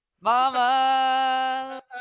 Mama